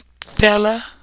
fella